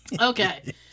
Okay